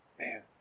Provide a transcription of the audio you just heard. man